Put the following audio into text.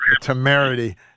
temerity